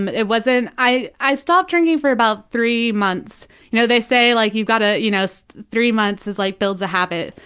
it wasn't i i stopped drinking for about three months, you know they say like you gotta you know so three months like builds a habit.